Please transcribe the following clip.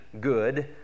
good